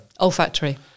Olfactory